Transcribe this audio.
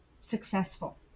successful